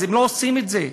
אז הם לא עושים את זה.